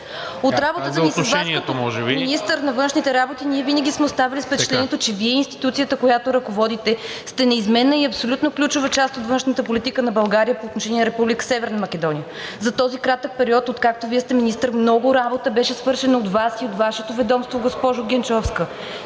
От работата ни с Вас като министър на външните работи ние винаги сме оставали с впечатлението, че Вие и институцията, която ръководите, сте неизменна и абсолютно ключова част от външната политика на България по отношение на Република Северна Македония. За този кратък период, откакто Вие сте министър, много работа беше свършена от Вас и от Вашето ведомство, госпожо Генчовска.